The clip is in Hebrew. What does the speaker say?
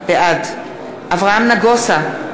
בעד אברהם נגוסה,